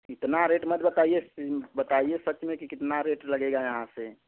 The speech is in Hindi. इतना रेट मत बताइए सिम बताइए सच में की कितना रेट लगेगा यहाँ से